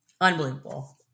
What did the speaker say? Unbelievable